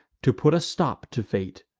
to put a stop to fate!